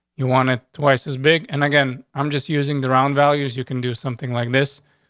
you want it twice as big. and again, i'm just using the round values. you can do something like this.